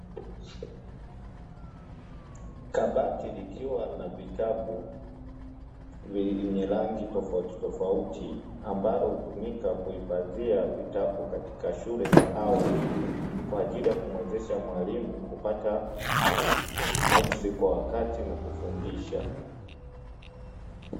Kabati likiwa na vitabu venye rangi tofautitofauti, ambalo hutumika kuhifadhia vitabu katika shule za awali; kwa ajili ya kumuwezesha mwalimu kupata notisi kwa wakati na kufundisha.